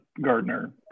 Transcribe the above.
Gardner